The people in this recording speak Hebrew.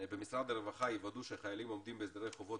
במשרד הרווחה יוודאו שהחיילים עומדים בהסדרי חובות